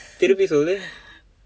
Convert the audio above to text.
திருப்பி சொல்லு:thiruppi sollu